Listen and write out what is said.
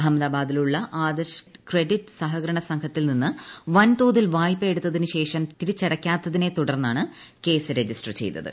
അഹമ്മദാബാദിലുളള Adarsh credit സഹകരണ സംഘത്തിൽ നിന്ന് വൻതോതിൽ വായ്പ എടുത്തതിനുശേഷം തിരിച്ചടക്കാത്തതിനെ തുടർന്നാണ് കേസ് രജിസ്റ്റർ ചെയ്തത്